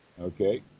Okay